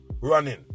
running